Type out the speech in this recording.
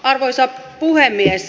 arvoisa puhemies